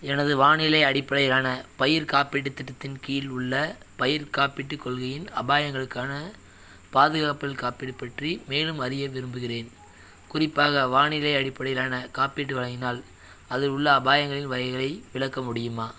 எனது வானிலை அடிப்படையிலான பயிர் காப்பீட்டுத் திட்டத்தின் கீழ் உள்ளே பயிர் காப்பீட்டுக் கொள்கையின் அபாயங்களுக்கான பாதுகாப்புகள் காப்பீடு பற்றி மேலும் அறிய விரும்புகின்றேன் குறிப்பாக வானிலை அடிப்படையிலானக் காப்பீட்டு வழங்கினால் அதில் உள்ளே அபாயங்களின் வகைகளை விளக்க முடியுமா